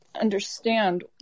understand